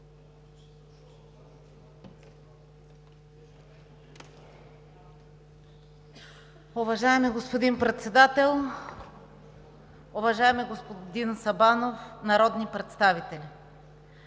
Уважаеми господин Председател, уважаеми господин Сабанов, народни представители!